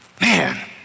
Man